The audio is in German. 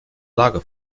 lage